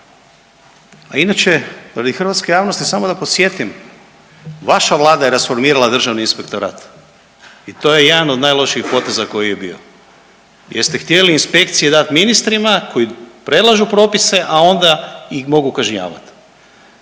A inače radi hrvatske javnosti samo da podsjetim, vaša vlada je rasformirala Državni inspektorat i to je jedan od najlošijih poteza koji je bio jeste htjeli inspekcije dat ministrima koji predlažu propise, a onda ih mogu kažnjavat.